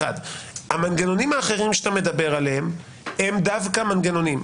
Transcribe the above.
המנגנונים האחרים שאתה מדבר עליהם הם דווקא מנגנונים.